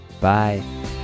bye